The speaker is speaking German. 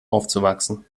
aufzuwachsen